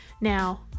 now